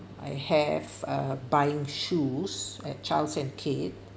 I have uh buying shoes at Charles & Keith